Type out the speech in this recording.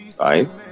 right